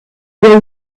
were